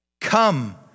come